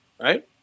right